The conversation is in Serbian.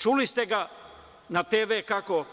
Čuli ste ga na TV kako